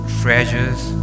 treasures